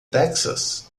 texas